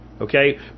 Okay